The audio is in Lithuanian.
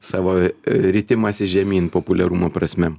savo ritimąsi žemyn populiarumo prasme